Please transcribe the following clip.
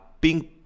pink